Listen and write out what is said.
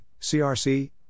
CRC